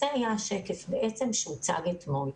זה היה השקף שהוצג אתמול.